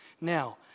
Now